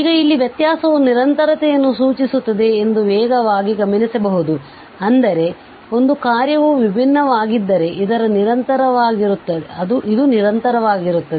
ಈಗ ಇಲ್ಲಿ ವ್ಯತ್ಯಾಸವು ನಿರಂತರತೆಯನ್ನು ಸೂಚಿಸುತ್ತದೆ ಎಂದು ವೇಗವಾಗಿ ಗಮನಿಸಬಹುದು ಅಂದರೆ ಒಂದು ಕಾರ್ಯವು ವಿಭಿನ್ನವಾಗಿದ್ದರೆ ಇದು ನಿರಂತರವಾಗಿರುತ್ತದೆ